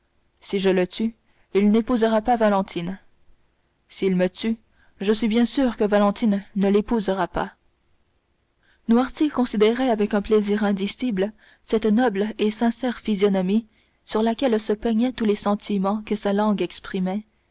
si je le tue il n'épousera pas valentine s'il me tue je serai bien sûr que valentine ne l'épousera pas noirtier considérait avec un plaisir indicible cette noble et sincère physionomie sur laquelle se peignaient tous les sentiments que sa langue exprimait